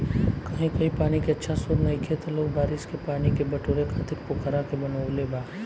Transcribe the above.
कही कही पानी के अच्छा स्त्रोत नइखे त लोग बारिश के पानी के बटोरे खातिर पोखरा के बनवले बा